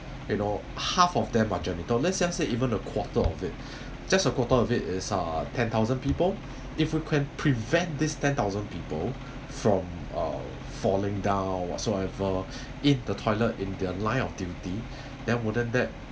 you know half of them are janitor let's just say even a quarter of it just a quarter of it is uh ten thousand people if we can prevent this ten thousand people from uh falling down whatsoever in the toilet in their line of duty then wouldn't that